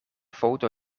foto